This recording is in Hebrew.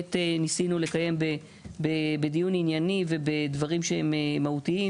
באמת ניסינו לקיים בדיון ענייני ובדברים שהם מהותיים